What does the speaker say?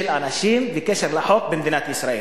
אנשים בקשר לחוק במדינת ישראל.